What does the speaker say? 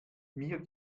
mir